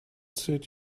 suit